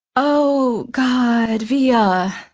oh god, via,